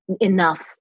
enough